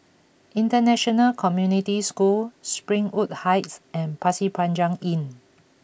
International Community School Springwood Heights and Pasir Panjang Inn